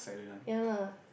ya lah